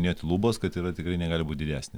net lubos kad yra tikrai negali būt didesnė